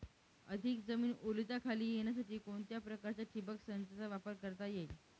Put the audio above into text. अधिक जमीन ओलिताखाली येण्यासाठी कोणत्या प्रकारच्या ठिबक संचाचा वापर करता येईल?